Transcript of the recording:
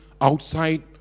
outside